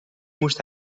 moest